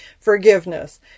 Forgiveness